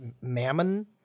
mammon